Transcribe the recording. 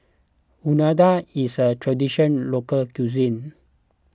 Unadon is a Traditional Local Cuisine